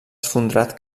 esfondrat